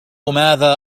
ماذا